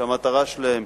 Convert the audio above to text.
שהמטרה שלהן